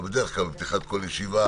ובדרך כלל בפתיחת כל ישיבה